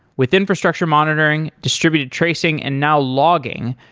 with infrastructure monitoring, distributed tracing and now logging,